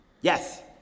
Yes